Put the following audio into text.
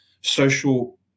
social